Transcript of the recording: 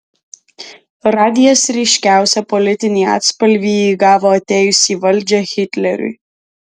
radijas ryškiausią politinį atspalvį įgavo atėjus į valdžią hitleriui